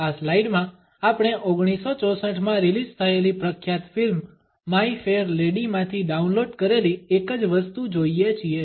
આ સ્લાઇડ માં આપણે 1964 માં રિલીઝ થયેલી પ્રખ્યાત ફિલ્મ માય ફેર લેડી માંથી ડાઉનલોડ કરેલી એક જ વસ્તુ જોઈએ છીએ